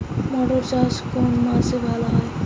মটর চাষ কোন মাসে ভালো হয়?